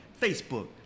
Facebook